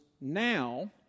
now